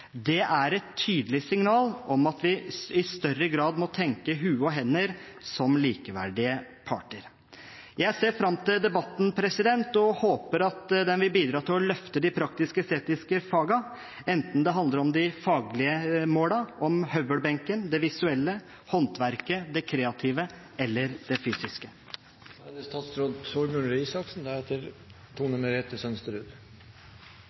Det er et tydelig signal om at vi i større grad må tenke hode og hender som likeverdige parter. Jeg ser fram til debatten og håper at den vil bidra til å løfte de praktisk-estetiske fagene, enten det handler om de faglige målene, om høvelbenken, det visuelle, håndverket, det kreative eller det fysiske. Som sagt er